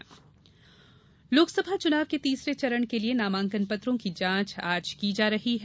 नामांकन जांच तीसरा चरण लोकसभा चुनाव के तीसरे चरण के लिए नामांकन पत्रों की जांच आज की जा रही है